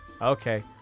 Okay